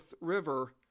River